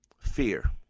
Fear